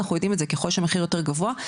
אנחנו יודעים שככול שהמחיר יותר גבוה,